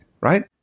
Right